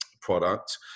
product